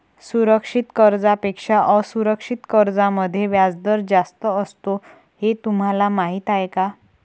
सुरक्षित कर्जांपेक्षा असुरक्षित कर्जांमध्ये व्याजदर जास्त असतो हे तुम्हाला माहीत आहे का?